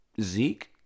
Zeke